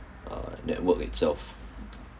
uh network itself